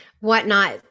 whatnot